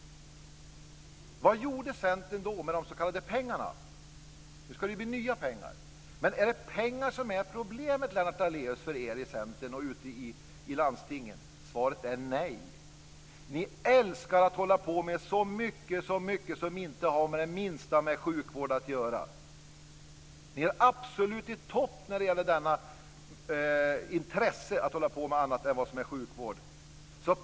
Vad gjorde Centern då med de s.k. pengarna? Nu ska det bli nya pengar. Men är det pengar som är problemet, Lennart Daléus, för er i Centern och i landstingen? Svaret är nej. Ni älskar att hålla på med så mycket som inte har det minsta med sjukvård att göra. Ni är absolut i topp i intresse att hålla på med annat än sjukvård.